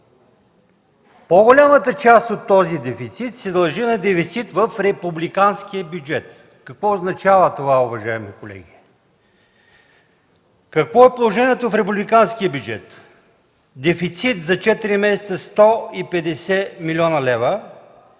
По-голямата част от този дефицит се дължи на дефицит в републиканския бюджет. Какво означава това, уважаеми колеги? Какво е положението в републиканския бюджет? Дефицит за четири месеца: 150 млн. лв.